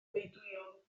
meudwyol